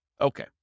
Okay